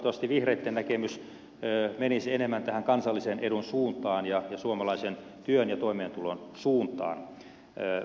toivottavasti vihreitten näkemys menisi enemmän tähän kansallisen edun suuntaan ja suomalaisen työn ja toimeentulon suuntaan